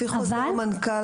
לפי חוזר מנכ"ל,